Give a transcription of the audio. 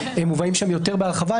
מובאים שם יותר בהרחבה.